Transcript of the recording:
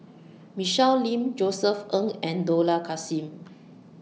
Michelle Lim Josef Ng and Dollah Kassim